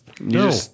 No